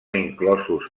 inclosos